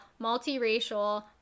multiracial